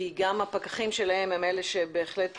כי גם הפקחים שלהם הם אלה שבהחלט